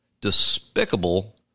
despicable